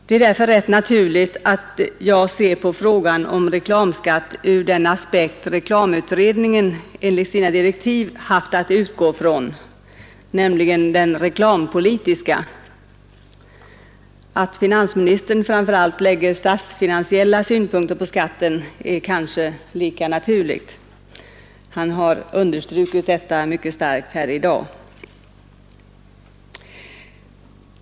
Det är därför rätt naturligt att jag ser på frågan om reklamskatt ur den aspekt reklamutredningen enligt sina direktiv haft att utgå från, nämligen den reklampolitiska. Att finansministern framför allt lägger statsfinansiella synpunkter på skatten är kanske lika naturligt. Han har understrukit detta mycket starkt här i dag.